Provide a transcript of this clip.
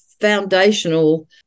foundational